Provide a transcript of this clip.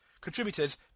contributors